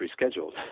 rescheduled